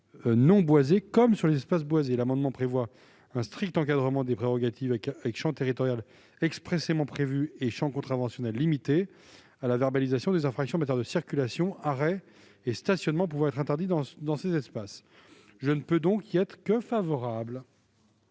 non boisés comme dans les espaces boisés. L'amendement vise à prévoir un strict encadrement des prérogatives avec champ territorial expressément prévu et champ contraventionnel limité à la verbalisation des infractions en matière de circulation, arrêt et stationnement pouvant être interdits dans ces espaces. Par conséquent, la